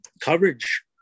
coverage